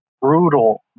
Brutal